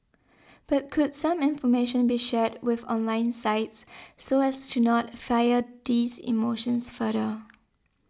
but could some information be shared with online sites so as to not fire these emotions further